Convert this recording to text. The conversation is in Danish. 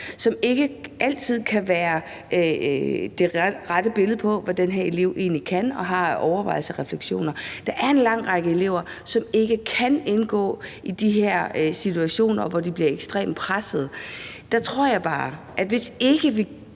som ikke altid er det rette billede af, hvad den her elev egentlig kan og har af overvejelser og refleksioner. Der er en lang række elever, som ikke kan indgå i de her situationer, hvor de bliver ekstremt pressede, og der tror jeg bare, at hvis ikke vi